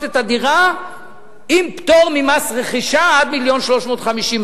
את הדירה עם פטור ממס רכישה עד 1.35 מיליון.